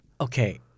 Okay